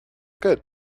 good